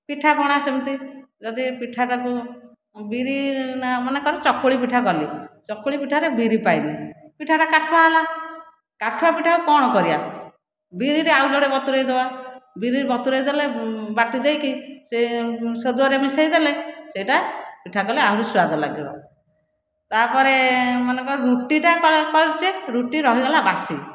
ପିଠାପଣା ସେମିତି ଯଦି ପିଠାଟାକୁ ବିରି ମନେକର ଚକୁଳି ପିଠା କଲି ଚକୁଳି ପିଠାରେ ବିରି ପାଇନି ପିଠାଟା କାଠୁଆ ହେଲା କାଠୁଆ ପିଠାକୁ କ'ଣ କରିବା ବିରିରେ ଆଉ ଯୋଡ଼ିଏ ବତୁରେଇଦବା ବିରି ବତୁରେଇଦେଲେ ବାଟିଦେଇକି ସେ ଶୋଧୁଅରେ ମିଶାଇଦେଲେ ସେଇଟା ପିଠା କଲେ ଆହୁରି ସୁଆଦ ଲାଗିବ ତା'ପରେ ମନେକର ରୁଟିଟା କରିଛେ ରୁଟିଟା ରହିଗଲା ବାସି